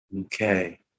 okay